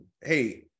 hey